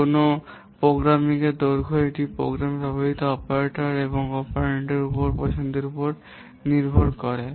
কোনও প্রোগ্রামের দৈর্ঘ্য এটি প্রোগ্রামে ব্যবহৃত অপারেটর এবং অপারেন্ডদের পছন্দের উপর নির্ভর করবে